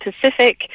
Pacific